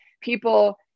people